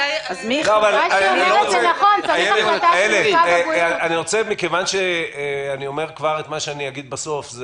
אני אומר כבר את מה שאגיד בסוף.